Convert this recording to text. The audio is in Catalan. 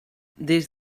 des